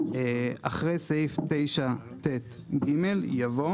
אחרי סעיף 9ט(ג) יבוא